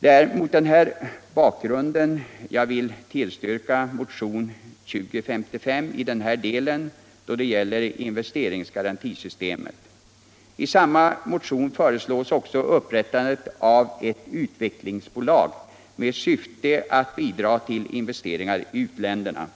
Det är mot denna bakgrund som jag vill tillstyrka motionen 2055 i den del som gäller investeringsgarantisystemet. I samma motion föreslås också upprättandet av ett utvecklingsbolag med syfte att bidra till investeringar i u-länderna.